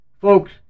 Folks